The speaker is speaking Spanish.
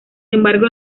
embargo